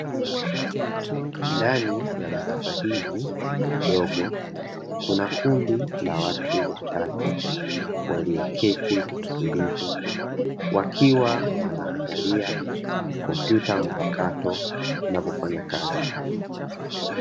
Ndani ya darasa hili dogo, kuna kundi la watu watatu walioketi kwa utulivu wakiwa wanaangalia kompyuta mpakato inavyofanya kazi.